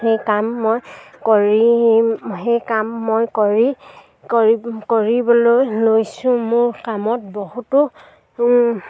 সেই কাম মই কৰি সেই কাম মই কৰি কৰি কৰিবলৈ লৈছোঁ মোৰ কামত বহুতো